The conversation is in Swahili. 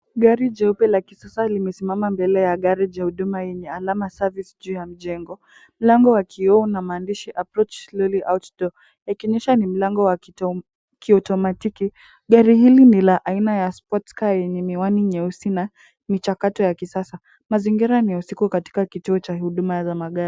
Gari jeupe la kisasa limesimama mbele ya gari ya huduma yenye alama service juu ya mjengo. Mlango wa kioo una maandishi approach slowly auto door , yakionyesha ni mlango wa kiotomatiki. Gari hili ni la aina ya sports car yenye miwani mieusi na michakato ya kisasa. Mazingira ni ya usiku katika kituo cha huduma za magari.